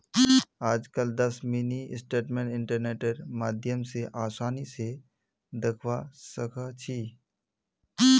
आजकल दस mini statement इन्टरनेटेर माध्यम स आसानी स दखवा सखा छी